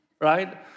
right